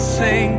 say